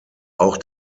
auch